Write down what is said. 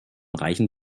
reichen